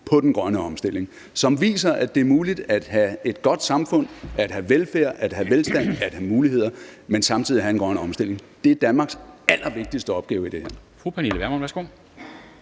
til den grønne omstilling, som viser, at det er muligt at have et godt samfund med velfærd, velstand og muligheder, men samtidig have den grønne omstilling. Det er Danmarks allervigtigste opgave i det her.